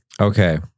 Okay